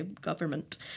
government